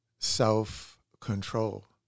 Self-control